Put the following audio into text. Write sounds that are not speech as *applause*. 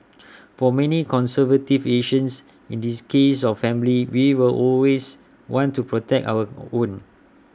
*noise* for many conservative Asians in this case of family we will always want to protect our own